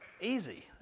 easy